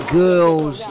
girls